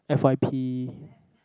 F Y P